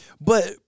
But-